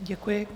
Děkuji.